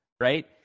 Right